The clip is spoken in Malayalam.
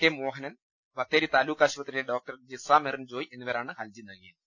കെ മോഹനൻ ബത്തേരി താലൂക്കാശുപത്രി യിലെ ഡോക്ടർ ജിസ മെറിൻ ജോയ് എന്നിവരാണ് ഹർജി നൽകി യത്